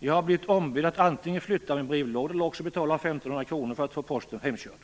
Jag har blivit ombedd att antingen flytta min brevlåda eller också betala 1 500 kr för att få posten hemkörd.